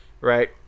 right